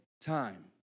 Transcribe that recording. time